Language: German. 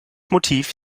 motiv